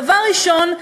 דבר ראשון,